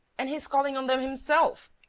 and he's calling on them himself!